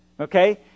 Okay